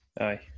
Aye